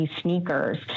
sneakers